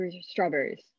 strawberries